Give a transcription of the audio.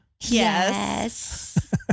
Yes